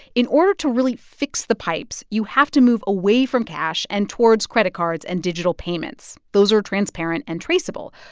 in order to really fix the pipes, you have to move away from cash and towards credit cards and digital payments. those are transparent and traceable.